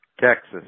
Texas